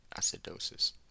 acidosis